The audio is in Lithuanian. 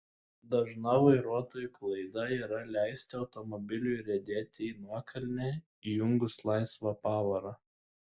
dažna vairuotojų klaida yra leisti automobiliui riedėti į nuokalnę įjungus laisvą pavarą